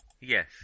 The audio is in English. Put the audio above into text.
Yes